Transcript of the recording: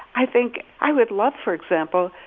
i think i would love, for example,